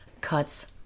cuts